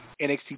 NXT